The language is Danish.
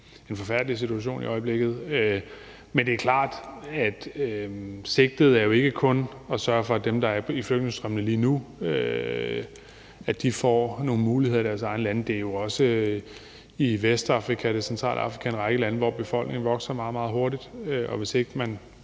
en meget forfærdelig situation i øjeblikket. Men det er klart, at sigtet jo ikke kun er at sørge for, at dem, der er i flygtningestrømmene lige nu, får nogle muligheder i deres egne lande; det gælder jo også i Vestafrika og det centrale Afrika og en række lande, hvor befolkningen vokser meget, meget hurtigt,